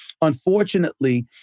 Unfortunately